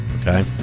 Okay